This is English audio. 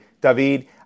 David